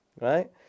right